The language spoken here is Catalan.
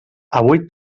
avui